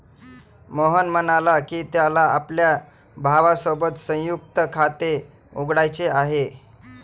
मोहन म्हणाला की, त्याला आपल्या भावासोबत संयुक्त खाते उघडायचे आहे